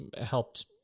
helped